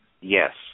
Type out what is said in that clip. yes